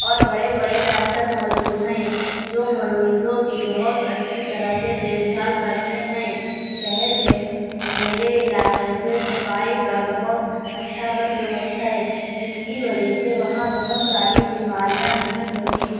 اور بڑے بڑے ڈاکٹر موجود ہیں جو مریضوں کی بہت اچھی طرح سے دیکھ بھال کرتے ہیں شہر میں میرے علاقے سے صفائی کا بہت اچھا بند و بست ہے جس کی وجہ سے وہاں بہت ساری بیماریاں نہیں ہوتیں